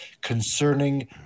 concerning